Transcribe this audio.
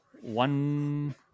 one